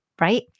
right